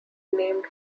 named